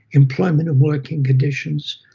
employment and working conditions,